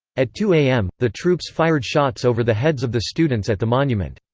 at two am, the troops fired shots over the heads of the students at the monument.